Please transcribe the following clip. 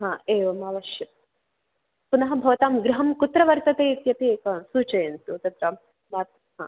हा एवम् अवश्यम् पुनः भवतां गृहं कुत्र वर्तते इत्यपि एक सूचयन्तु तत्र हा